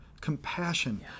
compassion